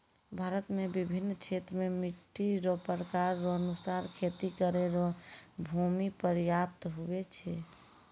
भारत मे बिभिन्न क्षेत्र मे मट्टी रो प्रकार रो अनुसार खेती करै रो भूमी प्रयाप्त हुवै छै